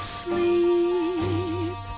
sleep